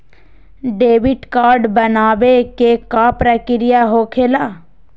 Debit card बनवाने के का प्रक्रिया होखेला?